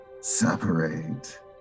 separate